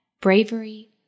bravery